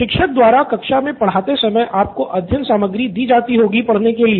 शिक्षक द्वारा कक्षा मे पढ़ाते समय आपको अध्ययन सामग्री दी जाती होगी पढ़ने के लिए